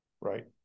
Right